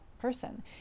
person